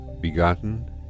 begotten